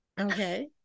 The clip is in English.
Okay